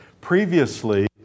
Previously